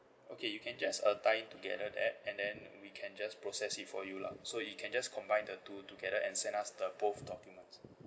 okay you can just uh tied together that and then we can just process it for you lah so you can just combine the two together and send us the both documents